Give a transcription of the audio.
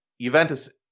Juventus